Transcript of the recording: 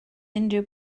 unrhyw